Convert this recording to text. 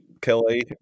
Kelly